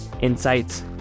insights